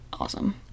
Awesome